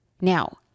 Now